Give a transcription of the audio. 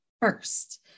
first